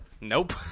Nope